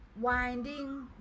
Winding